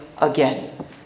again